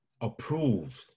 Approved